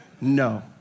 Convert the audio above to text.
no